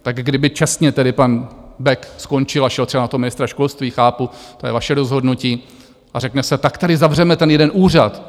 Tak kdyby čestně (?) tedy pan Bek skončil a šel třeba na ministra školství, chápu, to je vaše rozhodnutí, a řekne se, tak tady zavřeme ten jeden úřad.